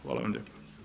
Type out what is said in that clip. Hvala vam lijepo.